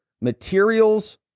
Materials